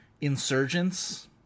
insurgents